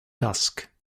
dusk